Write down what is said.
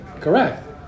Correct